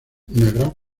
gran